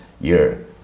year